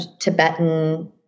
Tibetan